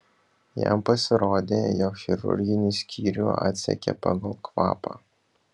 jam pasirodė jog chirurginį skyrių atsekė pagal kvapą